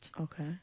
Okay